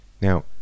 Now